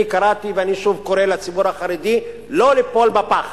אני קראתי ואני שוב קורא לציבור החרדי לא ליפול בפח